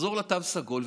לחזור לתו סגול.